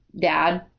dad